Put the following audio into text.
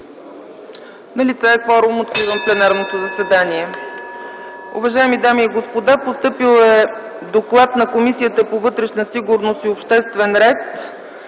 Налице е кворум, откривам пленарното заседание.